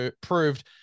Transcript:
proved